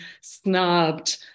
snubbed